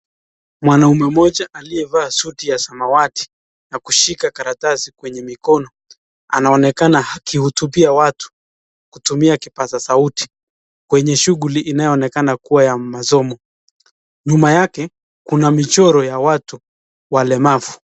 Mwanaume mmoja aliyevaa suti ya samawati na kushika karatasi kwenye mikono anaonekana akihutubia watu kutumia kipaza sauti kwenye shughuli inayoonekana kuwa ya masomo. Nyuma yake kuna michoro ya watu walemavu.